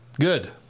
Good